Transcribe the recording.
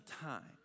time